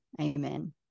Amen